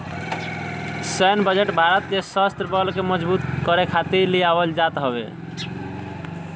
सैन्य बजट भारत के शस्त्र बल के मजबूत करे खातिर लियावल जात हवे